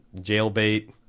jailbait